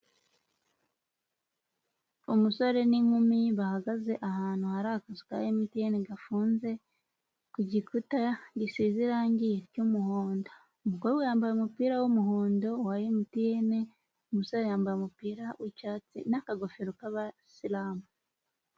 Umusore n'inkumi bahagaze ahantu hari akazu ka MTN gafunze, ku gikuta gisize irangi ry'umuhondo, umugore yambaye umupira w'umuhondo wa MTN, umusore yambaye umupira w'icyatsi n'akagofero k'abayisilamu.